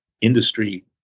industry